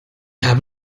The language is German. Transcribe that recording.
habe